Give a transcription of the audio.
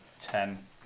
Ten